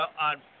on